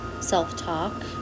self-talk